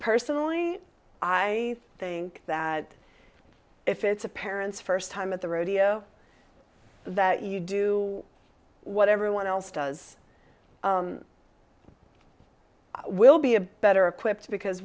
personally i think that if it's a parent's first time at the rodeo that you do what everyone else does will be a better equipped because